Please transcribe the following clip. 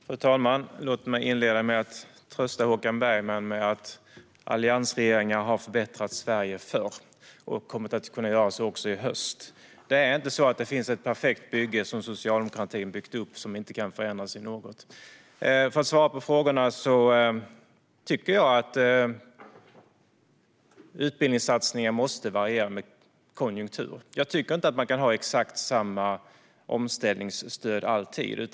Fru talman! Låt mig inleda med att trösta Håkan Bergman. Alliansregeringar har förbättrat Sverige förr och kommer att kunna göra så också i höst. Det är inte så att det finns ett perfekt bygge som socialdemokratin byggt upp och som inte kan förändras i något. För att svara på frågorna: Jag tycker att utbildningssatsningar måste variera med konjunktur. Jag tycker inte att man kan ha exakt samma omställningsstöd alltid.